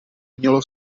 mělo